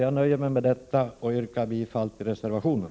Jag nöjer mig med detta, och yrkar bifall till reservationen.